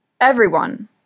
Everyone